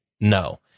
No